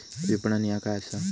विपणन ह्या काय असा?